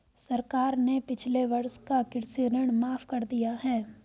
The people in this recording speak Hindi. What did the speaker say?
सरकार ने पिछले वर्ष का कृषि ऋण माफ़ कर दिया है